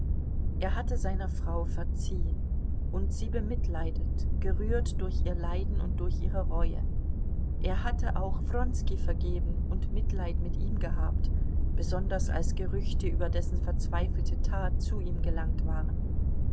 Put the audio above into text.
er hatte seiner frau verziehen und sie bemitleidet gerührt durch ihr leiden und durch ihre reue er hatte auch wronski vergeben und mitleid mit ihm gehabt besonders als gerüchte über dessen verzweifelte tat zu ihm gelangt waren